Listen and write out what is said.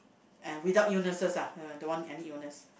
and without illnesses ah don't want any illness